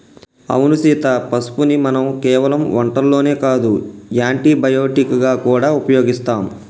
అవును సీత పసుపుని మనం కేవలం వంటల్లోనే కాదు యాంటీ బయటిక్ గా గూడా ఉపయోగిస్తాం